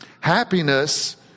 Happiness